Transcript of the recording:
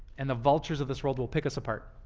and the vultures of this world will pick us apart.